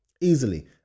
Easily